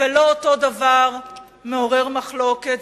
ולא אותו דבר מעורר מחלוקת.